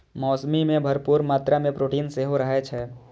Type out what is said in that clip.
मौसरी मे भरपूर मात्रा मे प्रोटीन सेहो रहै छै